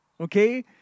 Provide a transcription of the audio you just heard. Okay